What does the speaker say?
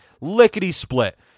lickety-split